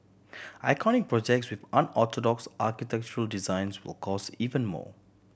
iconic projects with unorthodox architectural designs will cost even more